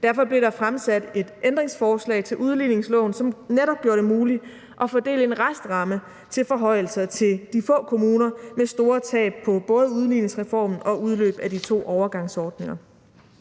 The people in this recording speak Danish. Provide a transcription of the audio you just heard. Derfor blev der fremsat et ændringsforslag til udligningsloven, som netop gjorde det muligt at fordele en restramme til forhøjelser til de få kommuner med store tab på både udligningsreformen og udløbet af to overgangsordninger.